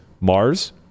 Mars